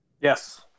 yes